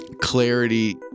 clarity